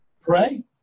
pray